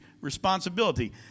responsibility